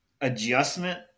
adjustment